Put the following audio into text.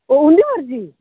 ओह् उं'दी मर्जी